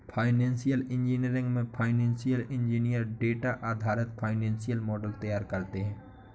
financial engineering में financial engineer data आधारित financial models तैयार करते है